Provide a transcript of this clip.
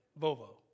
Volvo